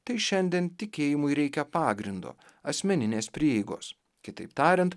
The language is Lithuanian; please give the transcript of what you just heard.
tai šiandien tikėjimui reikia pagrindo asmeninės prieigos kitaip tariant